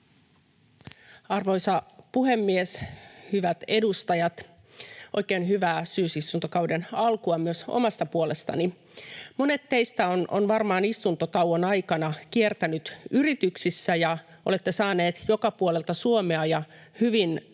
Arvoisa puhemies! Hyvät edustajat! Oikein hyvää syysistuntokauden alkua myös omasta puolestani. Monet teistä ovat varmaan istuntotauon aikana kiertäneet yrityksissä, ja olette saaneet joka puolelta Suomea ja hyvin monenlaisilta